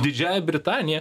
didžiąja britanija